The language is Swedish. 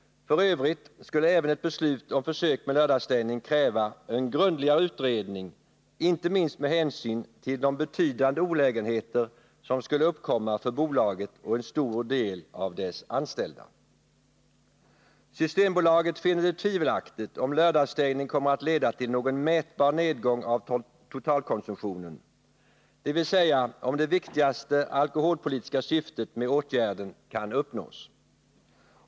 För övrigt skulle även ett beslut om försök med lördagsstängning kräva en grundligare utredning inte minst med hänsyn till de betydande olägenheter som skulle uppkomma för bolaget och en stor del av dess anställda. Systembolaget finner det tvivelaktigt om lördagsstängning kommer att leda till någon mätbar nedgång av totalkonsumtionen, dvs. om det viktigaste alkoholpolitiska syftet med åtgärden kan uppnås.